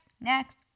Next